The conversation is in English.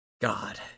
God